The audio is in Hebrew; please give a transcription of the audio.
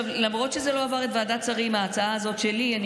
למרות שההצעה הזאת שלי לא עברה ועדת שרים,